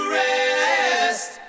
rest